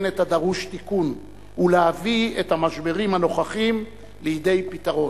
את הדרוש תיקון ולהביא את המשברים הנוכחיים לידי פתרון.